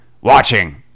watching